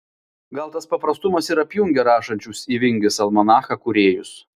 gal tas paprastumas ir apjungia rašančius į vingis almanachą kūrėjus